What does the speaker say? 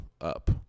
up